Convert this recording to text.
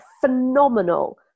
phenomenal